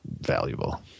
valuable